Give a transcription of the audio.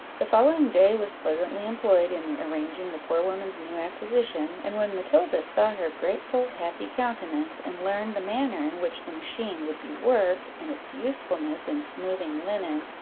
the following day was pleasantly employed in arranging the poor woman's new acquisition and when matilda saw her grateful, happy countenance, and learned the manner in which the machine would be worked, and its usefulness in smoothing linen,